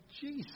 Jesus